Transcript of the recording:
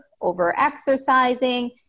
over-exercising